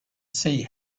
see